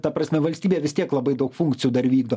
ta prasme valstybė vis tiek labai daug funkcijų dar vykdo